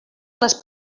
les